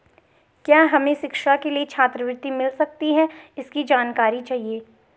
क्या हमें शिक्षा के लिए छात्रवृत्ति मिल सकती है इसकी जानकारी चाहिए?